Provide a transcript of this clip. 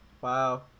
wow